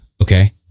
Okay